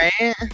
Right